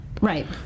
Right